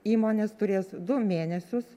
įmonės turės du mėnesius